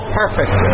perfect